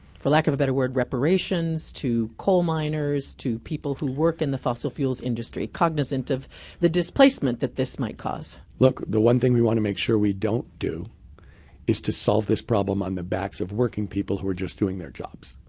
for lack of a better word, reparations to coal miners, to people who work in the fossil fuels industry, cognizant of the displacement that this might cause. look, the one thing we want to make sure we don't do is to solve this problem on the backs of working people who are just doing their jobs.